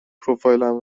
پروفایلم